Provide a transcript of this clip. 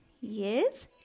Yes